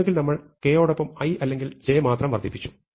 ഒന്നുകിൽ നമ്മൾ k യോടൊപ്പം i അല്ലെങ്കിൽ j മാത്രം വർദ്ധിപ്പിച്ചു